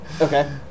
Okay